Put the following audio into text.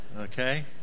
Okay